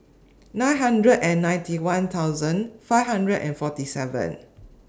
nine hundred and ninety one thousand five hundred and forty seven